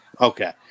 Okay